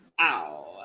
ow